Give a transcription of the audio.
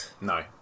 no